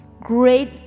great